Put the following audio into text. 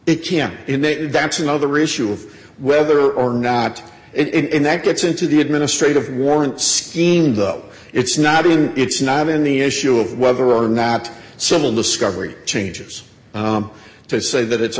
a that's another issue of whether or not it and that gets into the administrative warrant scheme though it's not even it's not in the issue of whether or not civil discovery changes to say that it's a